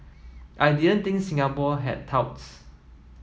I didn't think Singapore had touts